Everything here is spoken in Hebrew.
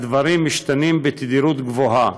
הדברים משתנים בתדירות גבוהה.